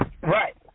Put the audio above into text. Right